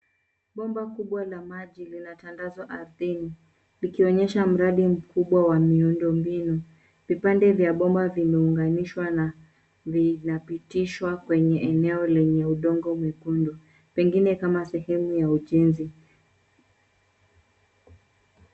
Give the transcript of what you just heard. Bomba kubwa la maji limetandazwa ardhini likionyesha mradi mkubwa wa miundombinu. Vipande vya bomba vimeunganishwa na kupitishwa kwenye eneo lenye udongo mwekundu, pengine kama sehemu ya ujenzi.